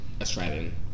Australian